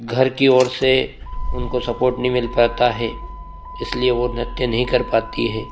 घर की ओर से उनको सपोर्ट नहीं मिल पाता है इसलिए वह नृत्य नहीं कर पाती है